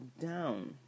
down